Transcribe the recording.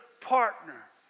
partner